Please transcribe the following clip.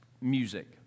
music